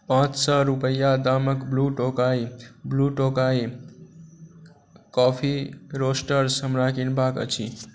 पाँच सओ रुपैआ दामके Blue Tokai Blue Tokai Coffee Roasters हमरा किनबाके अछि